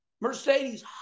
Mercedes